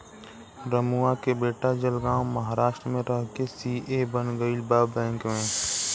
रमुआ के बेटा जलगांव महाराष्ट्र में रह के सी.ए बन गईल बा बैंक में